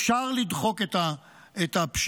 אפשר לדחוק את הפשיעה,